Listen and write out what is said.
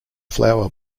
flower